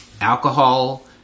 alcohol